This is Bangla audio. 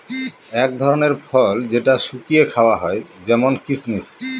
এক ধরনের ফল যেটা শুকিয়ে খাওয়া হয় যেমন কিসমিস